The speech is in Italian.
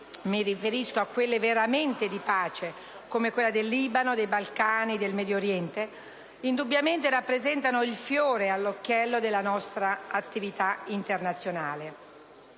mi riferisco a quelle veramente di pace, come quelle nel Libano, nei Balcani e nel Medio Oriente - indubbiamente rappresentano il fiore all'occhiello della nostra attività internazionale.